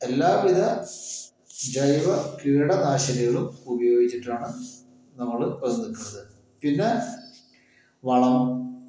എല്ലാ വിധ ജൈവ കീടനാശിനികളും ഉപയോഗിച്ചിട്ടാണ് നമ്മൾ വന്ന് നിൽക്കണത് പിന്നെ വളം